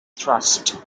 thrust